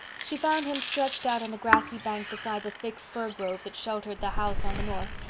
she found him stretched out on the grassy bank beside the thick fir grove that sheltered the house on the north,